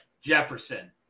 Jefferson